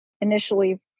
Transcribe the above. initially